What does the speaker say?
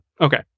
Okay